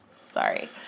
Sorry